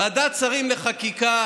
ועדת שרים לחקיקה,